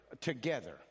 together